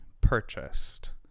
purchased